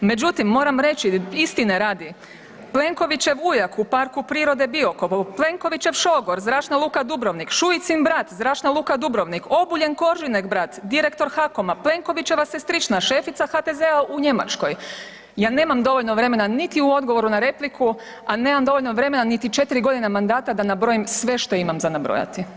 Međutim, moram reći istine radi, Plenkoviće ujak u Parku prirode Biokovo, Plenkovićev šogor Zračna luka Dubrovnik, Šuicin brat Zračna luka Dubrovnik, Obuljen Koržinek brat direktor HAKOM-a, Plenkovićeva sestrična šefica HTZ-a u Njemačkoj, ja nemam dovoljno vremena niti u odgovoru na repliku, a nemam ni dovoljno vremena 4 godine mandata da nabrojim sve što imam za nabrojati.